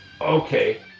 okay